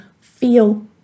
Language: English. feel